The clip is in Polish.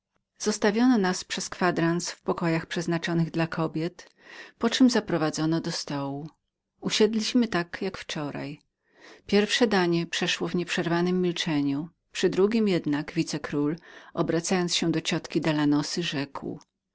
zostawiono nas przez kwadrans w pokojach przeznaczonych dla kobiet po czem zaprowadzono do stołu usiedliśmy tak jak wczoraj pierwsze danie przeszło w nieprzerwanem milczeniu przy drugiem jednak wicekról obracając się do ciotki dalanosy rzekł